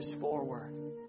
forward